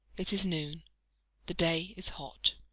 it is noon the day is hot.